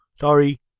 sorry